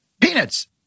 Peanuts